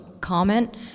comment